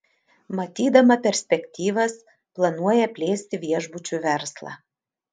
matydama perspektyvas planuoja plėsti viešbučių verslą